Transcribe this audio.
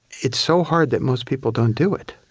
it's so hard that most people don't do it.